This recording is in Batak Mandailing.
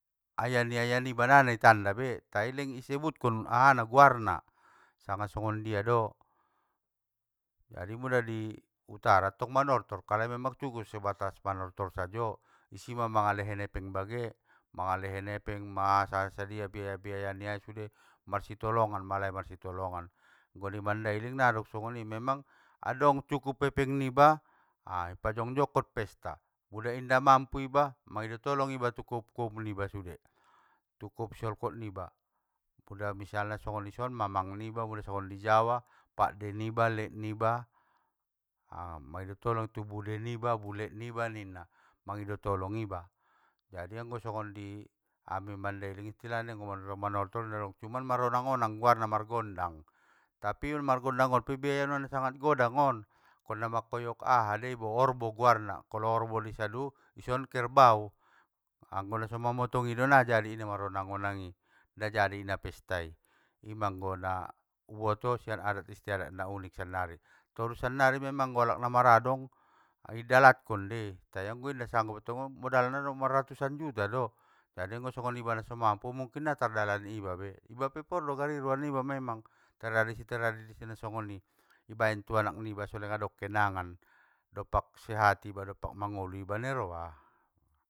Ayyah ni ayyah niba na ni tanda be, tai leng i sebutkon ahana guarna, sanga songondia do, jadi muda i, utara tong manortor kalai memang tugo sebatas manortor sajo, isi ma mangalehen epeng bage, mangalehen epeng ma sadia sadia biaya biaya nia i sude, marsitolongan malai marsitolongan, anggo i mandailing na adong songoni, memang dong cukup epeng niba, a i pajong jongkon pesta, inda mampu iba mangido tolong iba tu koum koum niba i, tu koum si solkot niba, pula misalna songon isonma mang niba, muda songgon i jawa pakde niba lek niba, manggido tolong tu bude niba bulek niba ninna, mangido tolong iba, jadi anggo songon di ami mandailing i, istilahnai anggo manortor ngga dong tai maronng onang guarna margondang, tapi margondangg on biayana pe na sangat godang on, angkon na mangkoyok aha dei bo orbo guarna kolo orbo isadun, ison kerbau, anggo naso mamotng ido ngga jadi namaronang onang i. na jadi i na pestai, ima anggo na uboto sian adat istiadat na unik sannari, torus sannari memang anggo alak na maradong, i dalatkon dei tai anggo inda sanggup attong modalna maratusan juta do, jadi anggo songon iba naso mampu, mungkin inda natar dalani iba be, iba pe gari por do roa niba memang, teradisi teradisi na songoni, i baen tu anak niba so leng adong kenangan doppak sehat iba doppak mangolu iba ning roa.